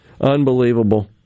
unbelievable